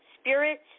Spirits